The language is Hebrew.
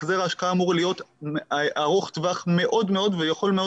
החזר ההשקעה אמור להיות ארוך טווח מאוד מאוד ויכול מאוד